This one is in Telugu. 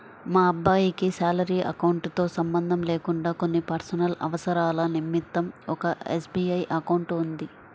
మా అబ్బాయికి శాలరీ అకౌంట్ తో సంబంధం లేకుండా కొన్ని పర్సనల్ అవసరాల నిమిత్తం ఒక ఎస్.బీ.ఐ అకౌంట్ ఉంది